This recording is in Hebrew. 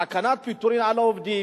סכנת פיטורים על העובדים,